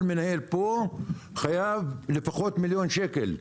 כל מנהל פה חייב לפחות מיליון שקל.